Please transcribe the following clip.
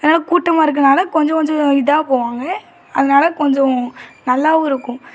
ஏன்னா கூட்டமாக இருக்கனால கொஞ்சம் கொஞ்சம் இதாக போவாங்க அதனால் கொஞ்சம் நல்லாவும் இருக்கும்